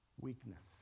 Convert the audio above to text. weakness